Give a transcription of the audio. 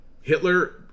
Hitler